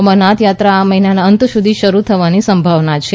અમરનાથ યાત્રા આ મહિનાના અંત સુધીમાં શરૂ થવાની સંભાવના છે